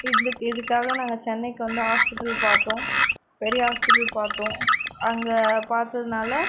இந்த இதுக்காக நாங்கள் சென்னைக்கு வந்து ஹாஸ்பிடலில் பார்த்தோம் பெரிய ஹாஸ்பிட்டல் பார்த்தோம் அங்கே பார்த்ததுனால